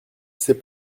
ces